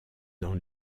dans